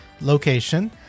location